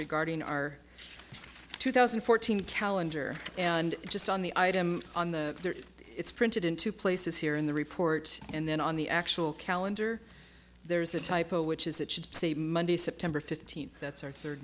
regarding our two thousand and fourteen calendar and just on the item on the it's printed in two places here in the report and then on the actual calendar there's a typo which is it should say monday september fifteenth that's